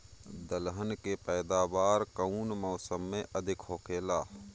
दलहन के पैदावार कउन मौसम में अधिक होखेला?